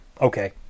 Okay